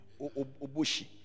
Oboshi